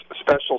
special